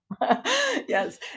Yes